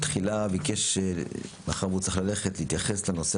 תחילה ביקש - מאחר והוא צריך ללכת - להתייחס לנושא,